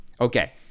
Okay